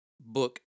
book